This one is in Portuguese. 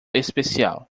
especial